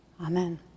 Amen